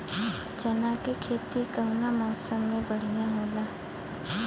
चना के खेती कउना मौसम मे बढ़ियां होला?